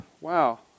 wow